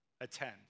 attend